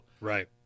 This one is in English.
right